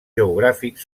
geogràfics